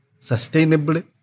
sustainably